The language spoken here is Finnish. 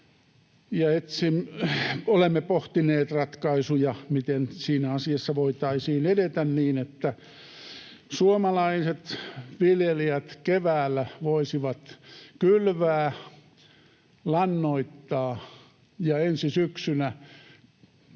olemme pohtineet ratkaisuja, miten siinä asiassa voitaisiin edetä niin, että suomalaiset viljelijät keväällä voisivat kylvää ja lannoittaa ja ensi syksynä